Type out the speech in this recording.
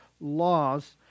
laws